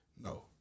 No